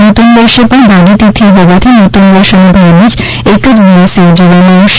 નુતન વર્ષે પણ ભાગી તિથિ હોવાથી નુત્તન વર્ષ અને ભાઈબીજ એક જ દિવસે ઉજવવામાં આવશે